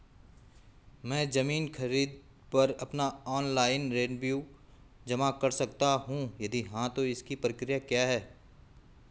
मैं ज़मीन खरीद पर अपना ऑनलाइन रेवन्यू जमा कर सकता हूँ यदि हाँ तो इसकी प्रक्रिया क्या है?